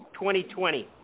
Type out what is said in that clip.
2020